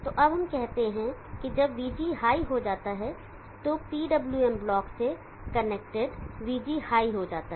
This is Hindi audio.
तो अब हम कहते हैं कि जब Vg हाई हो जाता है तो PWM ब्लॉक से कनेक्ट Vg हाई हो जाता है